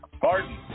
Pardon